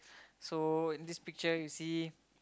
so in this picture you see